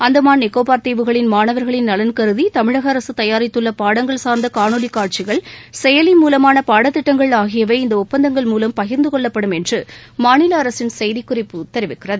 அந்தமாள் நிகோபார் தீவுகளின் மாணவர்களின் நலன்கருதி தமிழக அரசு தயாரித்துள்ள பாடங்கள் சார்ந்த காணொலி காட்சிகள் செயலி மூலமான பாடத்திட்டங்கள் ஆகியவை இந்த ஒப்பந்தங்கள் மூலம் பகிர்ந்து கொள்ளப்படும் என்று மாநில அரசின் செய்திக்குறிப்பு தெரிவிக்கிறது